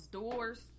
doors